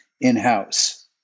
in-house